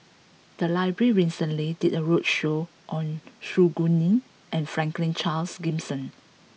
the library recently did a roadshow on Su Guaning and Franklin Charles Gimson